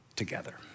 together